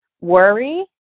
worry